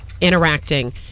interacting